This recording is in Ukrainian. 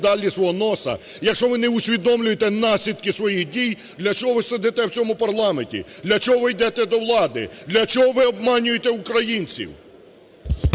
далі свого носу, якщо ви не усвідомлюєте наслідки своїх дій, для чого ви сидите в цьому парламенті? Для чого ви йдете до влади? Для чого ви обманюєте українців?